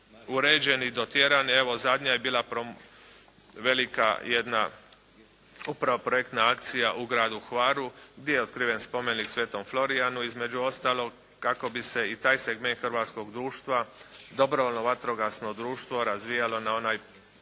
uređeni i dotjerani. Evo, zadnja je bila velika jedna upravo projektna akcija upravo u gradu Hvaru gdje je otkriven spomenik sv. Florijanu između ostalog, kako bi se i taj segment hrvatskog društva, dobrovoljno vatrogasno društvo razvijalo na onaj